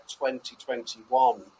2021